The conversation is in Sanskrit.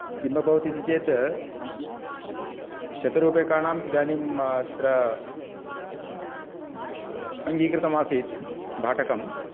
किम् अभवत् इति चेत् शतरूप्यकाणाम् इदानीं तत्र अङ्गिकृतम् आसीत् भाटकम्